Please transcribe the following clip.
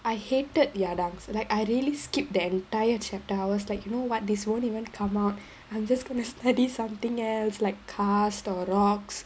I hated yardangs like I really skip the entire chapter I was like you know what this won't even come out I'm just gonna study something else like cars or rocks